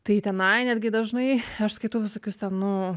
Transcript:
tai tenai netgi dažnai aš skaitau visokius ten nu